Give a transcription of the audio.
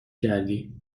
کردی